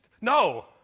No